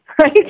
right